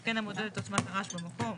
התקן המודד את עוצמת הרעש במקום,